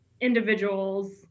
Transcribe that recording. individuals